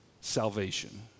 salvation